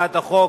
החוק,